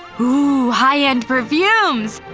oooh. high end perfumes!